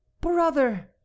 brother